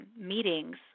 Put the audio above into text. meetings